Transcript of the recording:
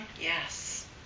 Yes